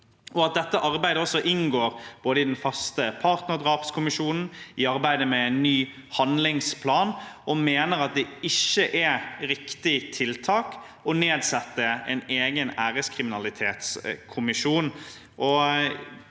dette arbeidet inngår også både i den faste partnerdrapskommisjonen og i arbeidet med en ny handlingsplan. Så vi mener at det ikke er riktig tiltak å nedsette en egen æreskriminalitetskommisjon.